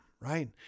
right